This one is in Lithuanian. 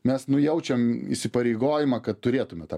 mes nu jaučiam įsipareigojimą kad turėtume tą